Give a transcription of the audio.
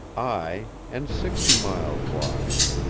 ay, and sixty miles wide.